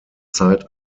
zeit